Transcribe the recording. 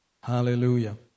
Hallelujah